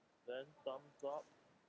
dan thumbs up